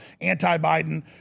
anti-Biden